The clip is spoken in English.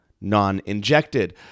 non-injected